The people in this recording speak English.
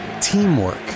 teamwork